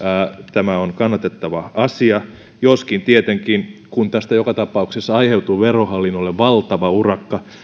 tämä on kannatettava asia joskin tietenkin kun tästä joka tapauksessa aiheutuu verohallinnolle valtava urakka